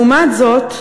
לעומת זאת,